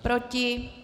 Proti?